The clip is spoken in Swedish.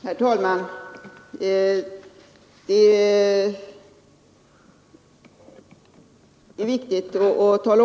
Herr talman!